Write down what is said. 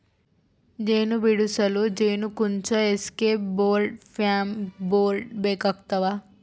ಜೇನು ಬಿಡಿಸಲು ಜೇನುಕುಂಚ ಎಸ್ಕೇಪ್ ಬೋರ್ಡ್ ಫ್ಯೂಮ್ ಬೋರ್ಡ್ ಬೇಕಾಗ್ತವ